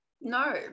no